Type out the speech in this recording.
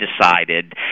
decided